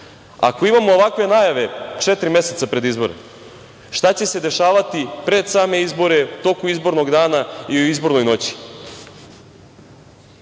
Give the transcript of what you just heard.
ako imamo ovakve najave četiri meseca pred izbore, šta će se dešavati pred same izbore, u toku izbornog dana i u izbornoj noći?